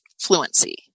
fluency